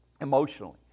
emotionally